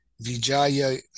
Vijaya